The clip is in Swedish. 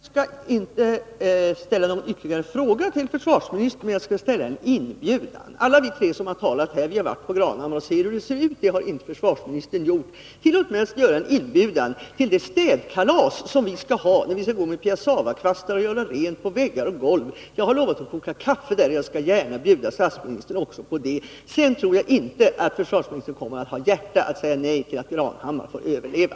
Herr talman! Jag skall inte ställa någon ytterligare fråga till försvarsministern, men jag skall ge honom en inbjudan. Alla vi tre som har talat här har varit på Granhammars slott och vet hur det ser ut. Försvarsministern har inte varit där. Tillåt mig att lämna en inbjudan till det städkalas som vi skall ha när vi skall gå med piassavakvastarna och göra rent väggar och golv. Jag har lovat att koka kaffe då, och jag skall gärna bjuda också statsrådet. Sedan tror jag inte att försvarsministern kommer att ha hjärta att säga nej till att Granhammars slott får överleva.